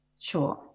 Sure